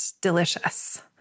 delicious